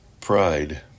pride